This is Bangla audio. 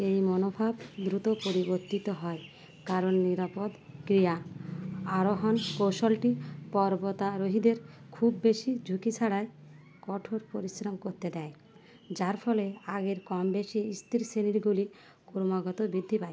এই মনোভাব দ্রুত পরিবর্তিত হয় কারণ নিরাপদ ক্রিয়া আরোহণ কৌশলটি পর্বত আরোহীদের খুব বেশি ঝুঁকি ছাড়া কঠোর পরিশ্রম করতে দেয় যার ফলে আগের কম বেশি স্থির শ্রেণীগুলি ক্রমাগত বৃদ্ধি পায়